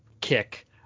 kick